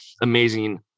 amazing